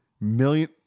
Million